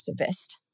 activist